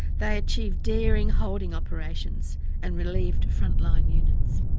they achieved daring holding operations and relieved frontline units.